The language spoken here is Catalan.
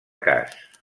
cas